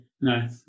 No